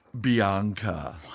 Bianca